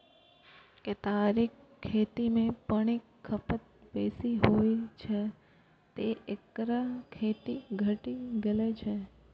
केतारीक खेती मे पानिक खपत बेसी होइ छै, तें एकर खेती घटि गेल छै